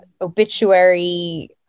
obituary